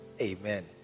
Amen